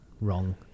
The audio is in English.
wrong